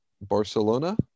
Barcelona